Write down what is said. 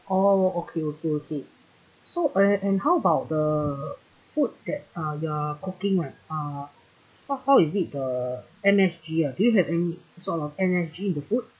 orh okay okay okay so and and and how about the food that uh you're cooking right uh how how is it the M_S_G ah do you have any sort of M_S_G in the food